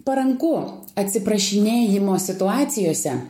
paranku atsiprašinėjimo situacijose